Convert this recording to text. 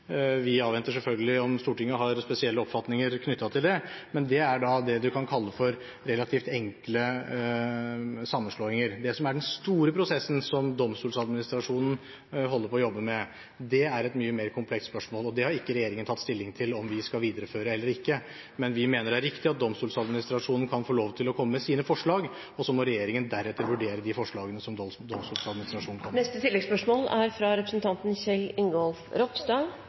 Vi avventer selvfølgelig om Stortinget har spesielle oppfatninger knyttet til det, men det er det man kan kalle relativt enkle sammenslåinger. Spørsmålet om det som er den store prosessen som Domstoladministrasjonen holder på å jobbe med, er mye mer komplekst. Regjeringen har ikke tatt stilling til om vi skal videreføre det eller ikke, men vi mener det er riktig at Domstoladministrasjonen kan få lov til å komme med sine forslag, og så må regjeringen deretter vurdere de forslagene som